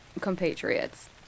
compatriots